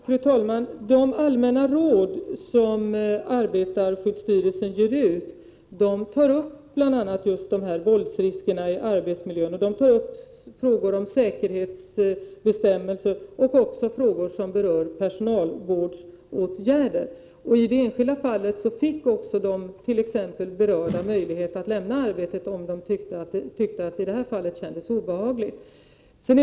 Fru talman! I de allmänna råd som arbetarskyddsstyrelsen ger ut tas upp bl.a. just våldsriskerna i arbetsmiljön. Där tas också upp frågor om säkerhetsbestämmelser och frågor som berör personalvårdsåtgärder. I det enskilda fallet fick de berörda t.ex. möjlighet att lämna arbetet, om de tyckte att det i det här fallet kändes obehagligt.